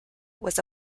was